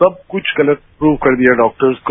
सब कुछ गलत प्रूफ कर दिया डाक्टर्स को